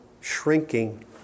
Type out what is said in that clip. shrinking